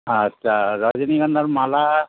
আচ্ছা রজনীগন্ধার মালা